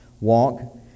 walk